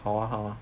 好啊好啊